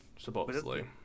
Supposedly